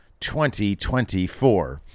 2024